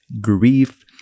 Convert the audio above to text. grief